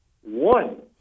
One